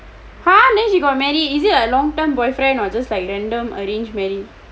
!huh! then she got married is is a longtime boyfriend or like just like random arrange marriage